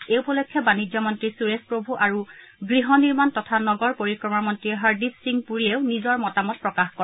এই উপলক্ষে বাণিজ্য মন্ত্ৰী সূৰেশ প্ৰভু আৰু গহ নিৰ্মাণ তথা নগৰ পৰিক্ৰমা মন্ত্ৰী হৰদ্বীপ সিং পুৰীয়েও নিজৰ মতামত প্ৰকাশ কৰে